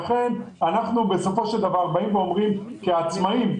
לכן אנחנו בסופו של דבר אומרים כעצמאים,